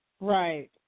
Right